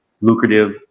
lucrative